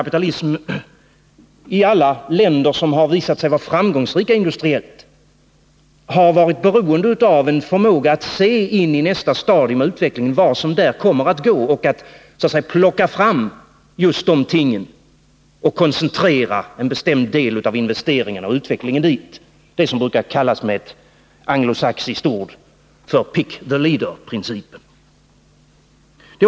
I alla länder som har visat sig industriellt framgångsrika har modern kapitalism också varit beroende av en förmåga att se in i nästa stadium av utvecklingen och så att säga plocka fram just de ting som där kommer att gå bra för att sedan koncentrera en bestämd del av investeringarna och utvecklingen på dessa. Det brukar med ett anglosaxiskt uttryck kallas för pick-the-leader-principen.